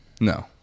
No